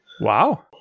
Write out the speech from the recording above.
Wow